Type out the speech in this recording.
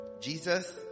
Jesus